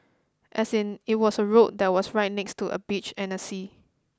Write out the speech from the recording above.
as in it was a road that was right next to a beach and a sea